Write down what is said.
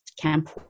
camp